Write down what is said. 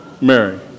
Mary